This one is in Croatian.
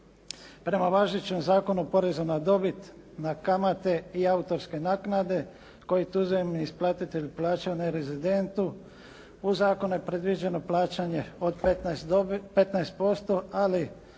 Prema važećem Zakonu o porezu na dobit na kamate i autorske naknade koji tuzemni isplatitelj plaća nerezidentu u zakonu je predviđeno plaćanje od 15% ali